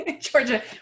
georgia